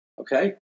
Okay